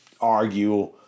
argue